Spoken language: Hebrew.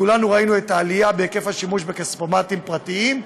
וכולנו ראינו את העלייה בהיקף השימוש בכספומטים פרטיים,